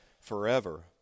forever